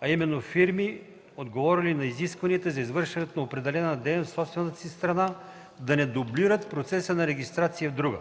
а именно – фирми, отговорили на изискванията за извършването на определена дейност в собствената си страна, да не дублират процеса на регистрация в друга.